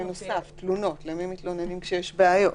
למי מתלוננים כשיש בעיות.